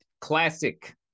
Classic